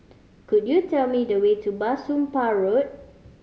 could you tell me the way to Bah Soon Pah Road